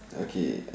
okay